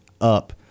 up